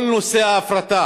כל נושא ההפרטה